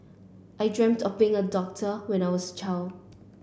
I dreamt of becoming a doctor when I was child